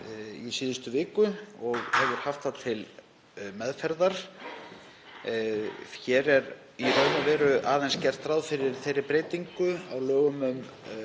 í síðustu viku og hefur haft það til meðferðar. Hér er í raun og veru aðeins gert ráð fyrir þeirri breytingu á lögum um